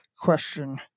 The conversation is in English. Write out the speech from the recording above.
question